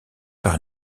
par